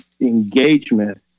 engagement